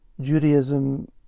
Judaism